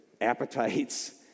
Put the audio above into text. appetites